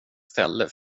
ställe